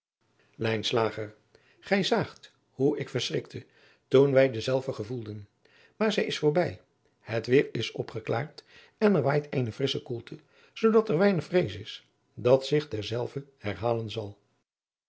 gij zaagt hoe ik verschrikte toen wij dezelve gevoelden maar zij is voorbij het weêr is opgeklaard en er waait eene frissche koelte zoodat er weinig vrees is dat zich dezelve herhalen zal